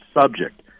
subject